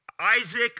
Isaac